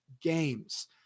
games